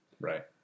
Right